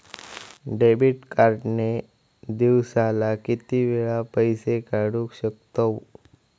Debit card ने दिवसाला किती वेळा पैसे काढू शकतव?